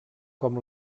com